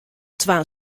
twa